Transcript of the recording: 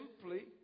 simply